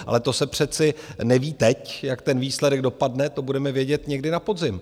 Ale to se přece neví teď, jak ten výsledek dopadne, to budeme vědět někdy na podzim.